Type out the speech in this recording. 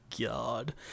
god